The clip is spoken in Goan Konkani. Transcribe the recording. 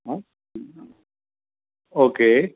आं ओके